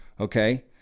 okay